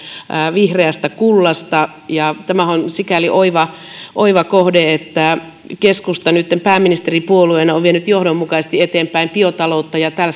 vihreästä kullastamme tämähän on sikäli oiva oiva kohde että keskusta nyt pääministeripuolueena on vienyt johdonmukaisesti eteenpäin biotaloutta ja